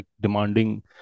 demanding